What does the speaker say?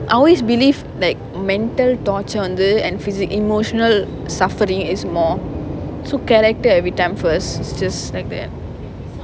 I always believe like mental torture வந்து:vanthu and physic~ emotional suffering is more so character every time first is just like that